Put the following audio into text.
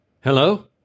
Hello